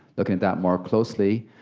looking at that more closely,